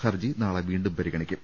ഹർജി നാളെ വീണ്ടും പരിഗണിക്കും